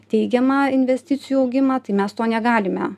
teigiamą investicijų augimą tai mes to negalime